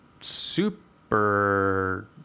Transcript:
super